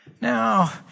Now